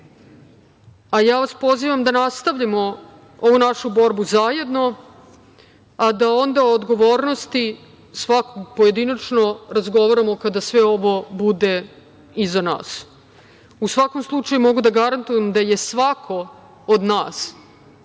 a ja vas pozivam da nastavljamo ovu našu borbu zajedno, a da onda o odgovornosti svakog pojedinačno razgovaramo kada sve ovo bude iza nas. U svakom slučaju mogu da garantujem da je svako od nas,